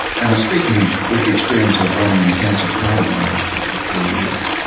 and i'm speaking with the experience of running the cancer part of my hospital for four years,